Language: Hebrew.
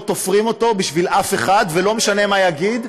לא תופרים אותו בשביל אף אחד ולא משנה מה יגיד.